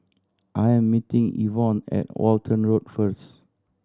I am meeting Evon at Walton Road first